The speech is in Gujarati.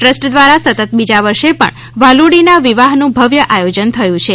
ટ્રસ્ટ દ્વારા સતત બીજા વર્ષે પણ વહાલુડીના વિવાહનું ભવ્ય આયોજન થયું છે